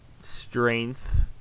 strength